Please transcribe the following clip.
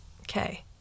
Okay